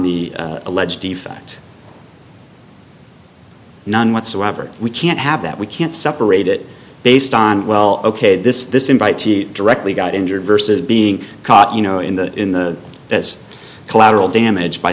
the alleged defect none whatsoever we can't have that we can't separate it based on well ok this this invitee directly got injured versus being caught you know in the in the that's collateral damage by